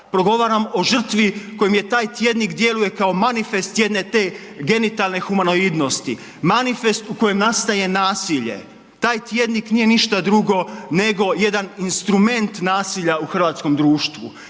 progovaram o žrtvi kojim je taj tjednik djeluje kao manifest jedne te genitalne humanoidnosti. Manifest u kojem nastaje nasilje. Taj tjednik nije ništa drugo nego jedan instrument nasilja u hrvatskom društvu.